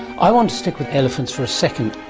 i want to stick with elephants for a second.